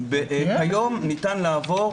היום ניתן לעבור